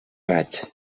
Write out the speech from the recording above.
raig